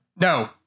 No